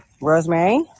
Rosemary